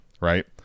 right